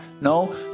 No